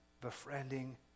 befriending